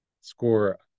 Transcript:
score